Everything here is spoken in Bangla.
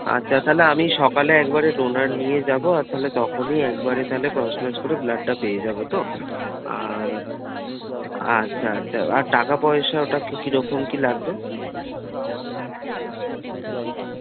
আচ্ছা তাহলে আমি সকালে একবারে ডোনার নিয়ে যাবো আর তাহলে তখনই একবারে তাহলে ক্রস ম্যাচ করে ব্লাডটা পেয়ে যাবো তো আচ্ছা আচ্ছা আর টাকা পয়সা ওটা কী কী রকম কী লাগবে